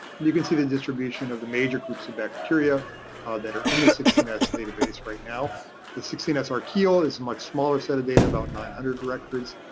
you can see the distribution of the major groups of bacteria that are in the sixteen s database. right now the sixteen s archaea is a much smaller set of data, about nine hundred records.